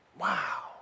Wow